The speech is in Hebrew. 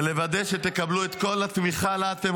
ולוודא שתקבלו את כל התמיכה שלה אתם